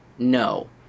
No